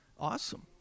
Awesome